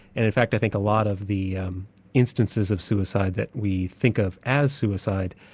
and in fact i think a lot of the instances of suicide that we think of as suicide,